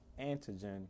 antigen